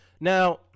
now